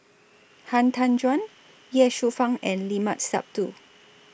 Han Tan Juan Ye Shufang and Limat Sabtu